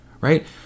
Right